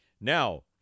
Now